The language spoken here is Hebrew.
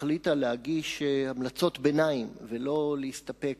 החליטה להגיש המלצות ביניים ולא להסתפק